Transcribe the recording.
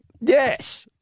Yes